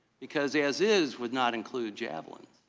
because as is would not included javelin.